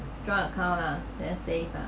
joint account lah then save lah